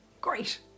Great